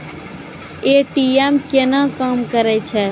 ATM केना काम करै छै?